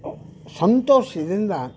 ಸಂತೋಷದಿಂದ